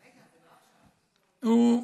הוא,